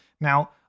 Now